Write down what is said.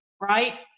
right